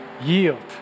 Yield